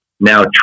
Now